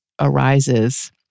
arises